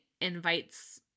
invites